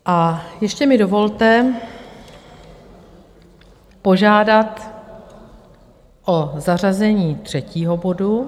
A ještě mi dovolte požádat o zařazení třetího bodu.